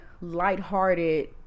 lighthearted